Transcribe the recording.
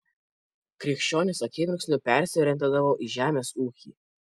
krikščionys akimirksniu persiorientuodavo į žemės ūkį